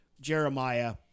Jeremiah